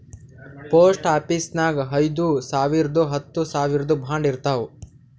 post ಆಫೀಸ್ನಾಗ್ ಐಯ್ದ ಸಾವಿರ್ದು ಹತ್ತ ಸಾವಿರ್ದು ಬಾಂಡ್ ಇರ್ತಾವ್